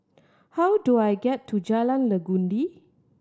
how do I get to Jalan Legundi